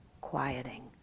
quieting